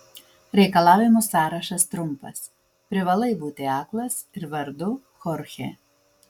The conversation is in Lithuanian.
reikalavimų sąrašas trumpas privalai būti aklas ir vardu chorchė